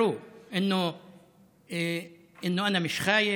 (אומר בערבית: אני לא פוחד